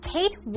Kate